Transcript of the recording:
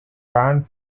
banned